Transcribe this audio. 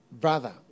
brother